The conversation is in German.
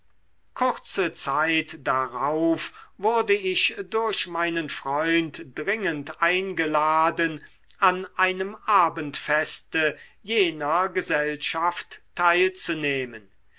kurze zeit darauf wurde ich durch meinen freund dringend eingeladen an einem abendfeste jener gesellschaft teilzunehmen